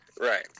right